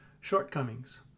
Shortcomings